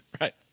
Right